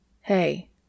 Hey